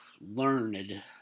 learned